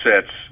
sets